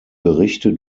berichte